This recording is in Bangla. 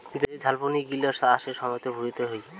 যে ঝাপনি গিলা চাষের সময়ত ভুঁইতে হই